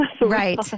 Right